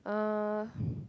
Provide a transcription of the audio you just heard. uh